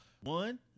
One